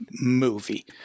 movie